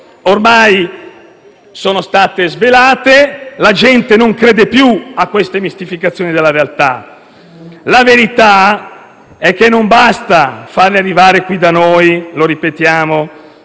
ormai sono state svelate e la gente non crede più a queste mistificazioni della realtà. Lo ripetiamo: la verità è che non basta farli arrivare qui da noi e poi